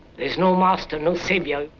there's no master, no savior.